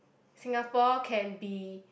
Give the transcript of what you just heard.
Singapore can be